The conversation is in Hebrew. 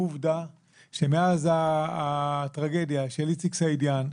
ועובדה שמאז הטרגדיה של איציק סעידיאן,